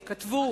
שכתבו.